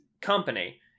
company